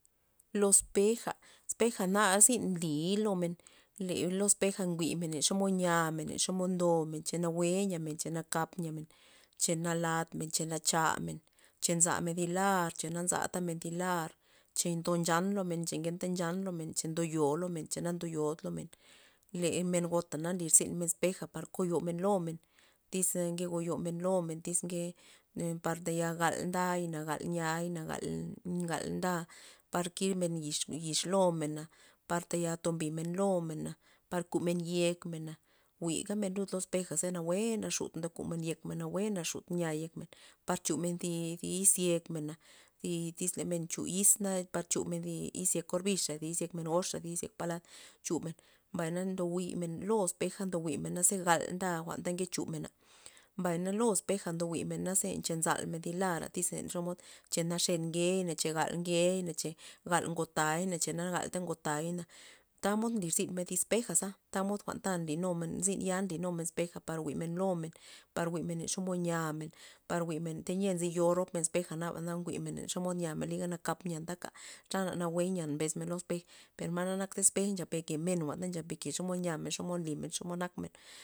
Lo espeja, espeja nar zyn nliy lo men le lo espeja jwi'men len xomod nyamen len xomod ndomen cha nawue nyamen cha nakap nyamen cha nalatmen cha nachamen cha nzamen thi lar cha na nzatamen thi lar cha ndo nchan lomen cha na ngenta nchan lomen cha ndoyo lomen cha na ndoyod lomen, le men gota na nlirzynmen espej par koyomen lomen tyz nke goyomen lomen tyz ke par tayal galday galniay gal- gal- nda par kibmen yix lomen na, par tayal tombimen lomen, par kumen yekmena, jwigamen lud lo espeja ze nawue naxut ndokumen yekmen nawue naxut nya yekmen par chumen thi- thi yiz yekmena tyz le men chu yiz na par chumen thi yiz orbixa thi izyek men goxa palad chumen, mbay na ndo jwi'men lo espej ndo jwimen naze gal nda ta nke chumena, mbay lo espeja ndo jwi'men naze cha nzalmen thi lara tyz xomod cha naxen nkey cha nal nkey cha gal ngotay na na galta ngotay, tamod nlirzynmen thi espeja za tamod jwa'n nlinumen zyn ya nlinumen espeja par jwi'men lomen par jwi'men len xomod nyamen par jwi'men tayia nzy yomen ropmen espeja naba jwi'men len xomod nyamen liga nakap nyamen xa na nawue nyan mbes men lo espej per na nak espej nap nchap yeke men nchap yeke xomod nyamen xomod nlymen xomod nakmen.